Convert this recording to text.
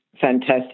fantastic